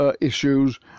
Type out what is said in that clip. issues